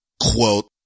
Quote